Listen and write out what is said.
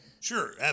sure